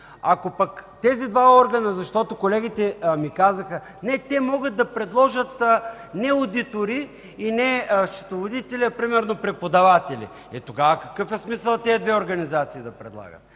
Ако пък тези два органа, защото колегите ми казваха: не, те могат да предложат не одитори и не счетоводители, а примерно преподаватели. Тогава какъв е смисълът тези две организации да предлагат?